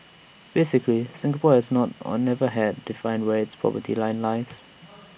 basically Singapore has not and never had defined where its poverty line lies